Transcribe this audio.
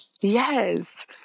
Yes